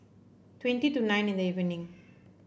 twenty to nine in the evening